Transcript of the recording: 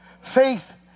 Faith